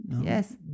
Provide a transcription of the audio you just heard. yes